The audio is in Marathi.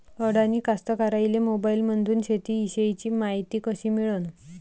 अडानी कास्तकाराइले मोबाईलमंदून शेती इषयीची मायती कशी मिळन?